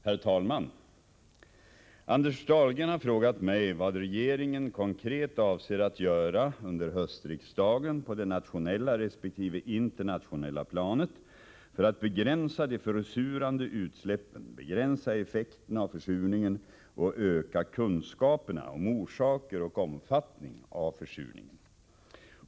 Herr talman! Anders Dahlgren har frågat mig vad regeringen konkret avser att göra under höstriksdagen på det nationella resp. internationella planet för att begränsa de försurande utsläppen, begränsa effekterna av försurningen och öka kunskaperna om orsaker och omfattning av försurningen.